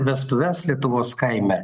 vestuves lietuvos kaime